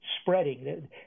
spreading